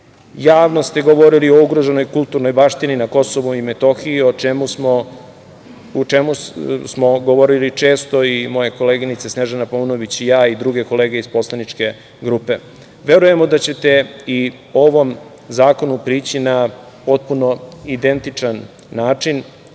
Javno ste govorili o ugroženoj kulturnoj baštini na KiM o čemu smo govorili često i moje koleginice Snežana Paunović i ja, i druge kolege iz poslaničke grupe. Verujemo da ćete i ovom zakonu prići na potpuno identičan način